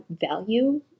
value